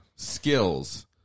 skills